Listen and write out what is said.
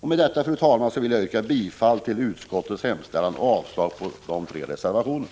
Med detta, fru talman, yrkar jag bifall till utskottets hemställan och avslag på de tre reservationerna.